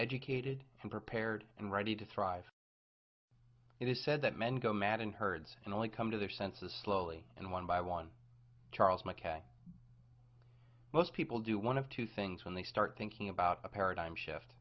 educated and prepared and ready to thrive it is said that men go mad in herds and only come to their senses slowly and one by one charles mckay most people do one of two things when they start thinking about a paradigm shift